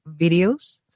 videos